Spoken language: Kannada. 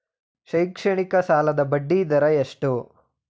ಶೈಕ್ಷಣಿಕ ಸಾಲದ ಬಡ್ಡಿ ದರ ಎಷ್ಟು?